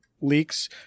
leaks